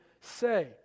say